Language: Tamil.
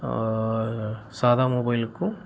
சாதா மொபைலுக்கும்